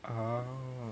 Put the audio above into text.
oo